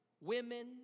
women